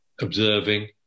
observing